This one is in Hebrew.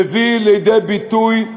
מביא לידי ביטוי,